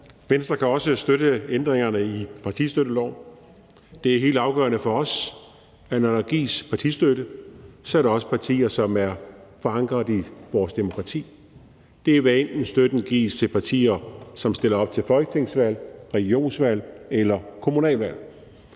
Venstre kan også støtte ændringerne i partistøtteloven. Det er helt afgørende for os, når der gives partistøtte, at det er til partier, som er forankret i vores demokrati. Det gælder, hvad enten støtten gives til partier, som stiller op til folketingsvalg, regionsvalg eller kommunalvalg,